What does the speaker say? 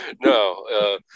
no